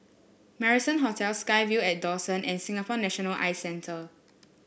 Marrison Hotel SkyVille at Dawson and Singapore National Eye Centre